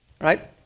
right